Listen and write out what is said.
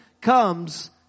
comes